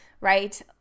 right